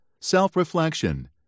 self-reflection